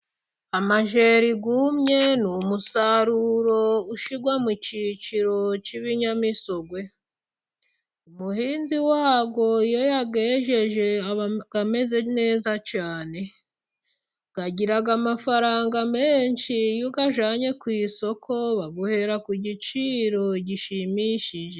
Amajeri yumye ni umusaruro ushyirwa mu kiciro k'ibinyamisogwe. Umuhinzi wayo iyo yayejeje aba ameze neza cyane，agira amafaranga menshi，iyo uyajyanye ku isoko， baguhera ku giciro gishimishije.